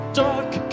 dark